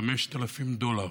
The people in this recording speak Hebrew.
ב-5,000 דולר.